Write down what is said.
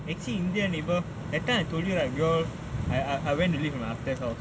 actually indian neighbour that time I told you right we all I I went to live in my upstairs all